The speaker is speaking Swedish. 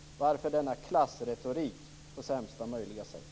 Varför denna klassretorik av sämsta möjliga slag?